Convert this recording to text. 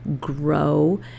grow